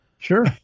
Sure